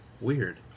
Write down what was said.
Weird